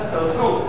צרצור.